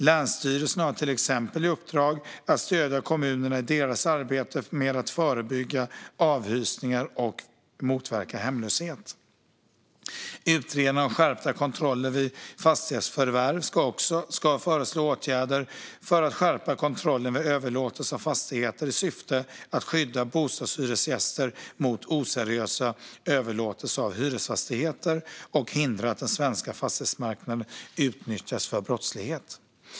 Länsstyrelserna har till exempel i uppdrag att stödja kommunerna i deras arbete med att förebygga avhysningar och motverka hemlöshet. Utredningen om skärpta kontroller vid fastighetsförvärv ska föreslå åtgärder för att skärpa kontrollen vid överlåtelser av fastigheter i syfte att skydda bostadshyresgäster mot oseriösa överlåtelser av hyresfastigheter och hindra att den svenska fastighetsmarknaden utnyttjas för brottslighet.